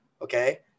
okay